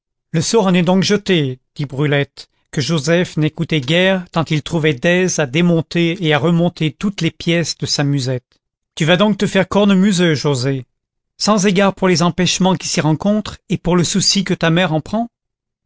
le sort en est donc jeté dit brulette que joseph n'écoutait guère tant il trouvait d'aise à démonter et à remonter toutes les pièces de sa musette tu vas donc te faire cornemuseux joset sans égard pour les empêchements qui s'y rencontrent et pour le souci que ta mère en prend